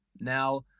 Now